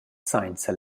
sainza